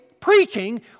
preaching